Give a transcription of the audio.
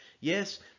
yes